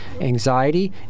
anxiety